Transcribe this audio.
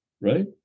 right